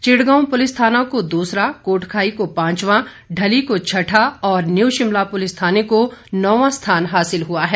Chirgaon police थाना को दूसरा कोटखाई को पांचवां ढली को छठा और न्यू शिमला पुलिस थाने को नौवां स्थान हासिल हुआ है